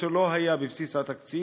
אף שהם לא היו בבסיס התקציב.